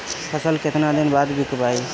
फसल केतना दिन बाद विकाई?